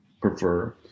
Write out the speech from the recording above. prefer